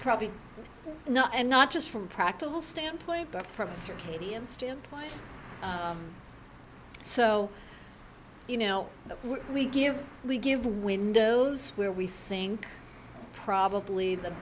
probably not and not just from a practical standpoint but from a circadian standpoint so you know we give we give windows where we think probably the